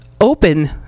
open